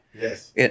Yes